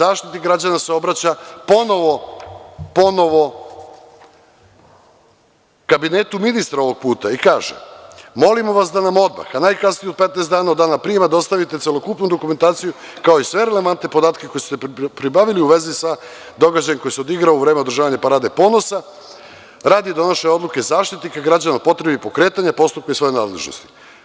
Zaštitnik građana se obraća ponovo Kabinetu ministra ovog puta i kaže – molimo vas da nam odmah, a najkasnije od 15 dana od dana prijema dostavite celokupnu dokumentaciju kao sve relevantne podatke koje ste pribavili u vezi sa događajem koji se odigrao u vreme održavanje parade ponosa, radi donošenja odluke Zaštitnika građana o potrebi pokretanja postupka iz svoje nadležnosti.